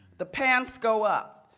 the pants go up.